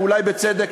ואולי בצדק,